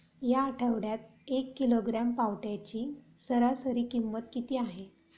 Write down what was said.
या आठवड्यात एक किलोग्रॅम पावट्याची सरासरी किंमत किती आहे?